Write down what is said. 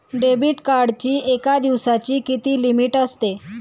Debit कार्डची एका दिवसाची किती लिमिट असते?